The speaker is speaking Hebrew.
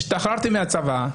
כשהשתחררתי מהצבא,